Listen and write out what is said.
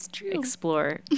explore